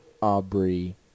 Aubrey